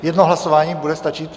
Jedno hlasování bude stačit?